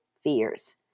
fears